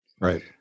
Right